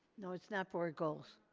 no, it's not board goals.